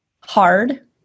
hard